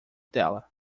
dela